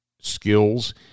skills